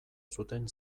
zuten